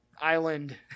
island